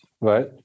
Right